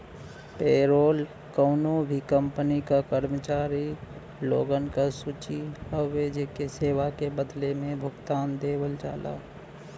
payroll कउनो भी company क कर्मचारी लोगन क सूची हउवे जेके सेवा के बदले में भुगतान देवल जाला